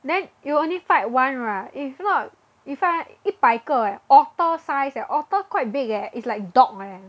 then you will only fight one right if not you fight 一百个 eh otter-sized eh otter quite big leh it's like dog eh